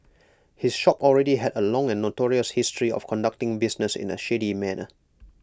his shop already had A long and notorious history of conducting business in A shady manner